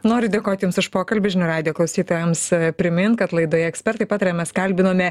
noriu dėkot jums už pokalbį žinių radijo klausytojams primint kad laidoje ekspertai pataria mes kalbinome